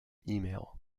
email